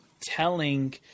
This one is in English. telling